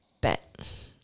bet